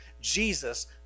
Jesus